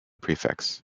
prefects